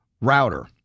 router